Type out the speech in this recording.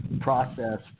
process